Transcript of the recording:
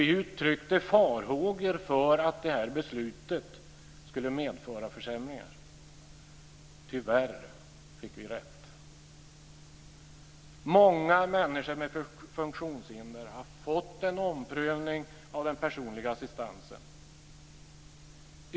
Vi uttryckte farhågor för att beslutet skulle medföra försämringar. Tyvärr fick vi rätt. Många människor med funktionshinder har fått en omprövning av den personliga assistansen.